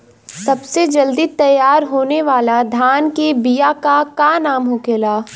सबसे जल्दी तैयार होने वाला धान के बिया का का नाम होखेला?